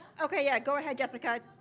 okay yeah go ahead jessica.